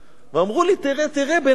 ואמרו לי, תראה תראה, בן-ארי,